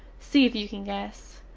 see if you can guess.